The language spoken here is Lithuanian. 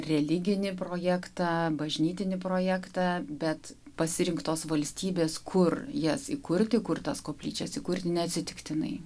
religinį projektą bažnytinį projektą bet pasirinktos valstybės kur jas įkurti kur tas koplyčias įkurti neatsitiktinai